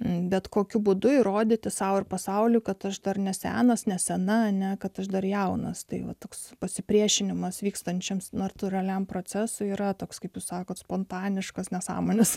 bet kokiu būdu įrodyti sau ir pasauliui kad aš dar ne senas ne sena ane kad aš dar jaunas tai toks pasipriešinimas vykstančiams natūraliam procesui yra toks kaip jūs sakote spontaniškos nesąmonės